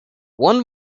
one